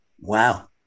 Wow